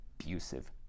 abusive